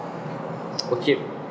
okay